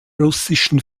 russischen